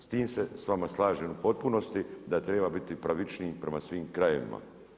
S tim se s vama slažem u potpunosti da treba biti pravičniji prema svim krajevima.